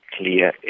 clear